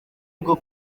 bwo